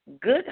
Good